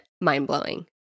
mind-blowing